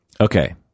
okay